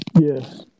Yes